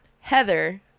Heather